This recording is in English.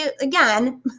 again